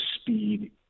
speed